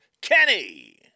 Kenny